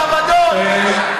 לאבדון.